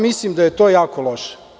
Mislim da je to jako loše.